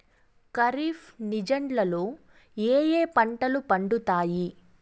ఖరీఫ్ సీజన్లలో ఏ ఏ పంటలు పండుతాయి